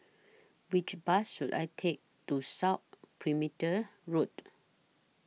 Which Bus should I Take to South Perimeter Road